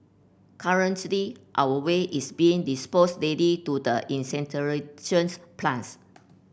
currently our way is being disposed daily to the incinerations plants